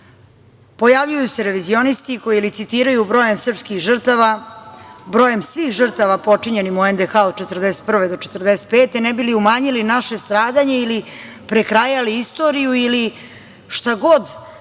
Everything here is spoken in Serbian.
Pojavljuju se revizionisti koji licitiraju brojem srpskih žrtava, brojem svih žrtava počinjenim u NDH od 1941. do 1945. godine ne bi li umanjili naše stradanje ili prekrajali istoriju ili šta god.